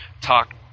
talk